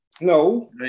no